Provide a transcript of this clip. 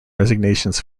resignations